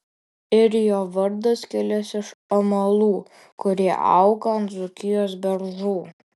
ir jo vardas kilęs iš amalų kurie auga ant dzūkijos beržų